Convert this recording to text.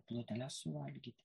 pluteles suvalgyti